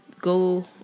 go